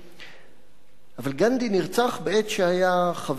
אבל גנדי נרצח בעת שהיה חבר הכנסת ושר בישראל,